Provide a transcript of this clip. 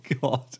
God